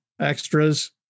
extras